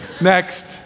Next